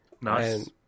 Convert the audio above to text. Nice